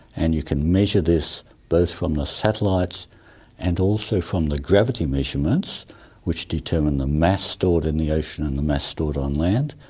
and you can measure this both from the satellites and also from the gravity measurements which determine the mass stored in the ocean and the mass stored on land.